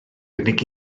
unig